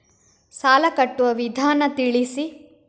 ಸಾಲ ಕಟ್ಟುವ ವಿಧಾನ ತಿಳಿಸಿ?